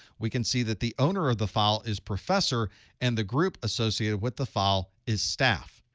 we can see that the owner of the file is professor and the group associated with the file is staff.